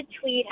tweet